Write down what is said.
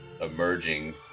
Emerging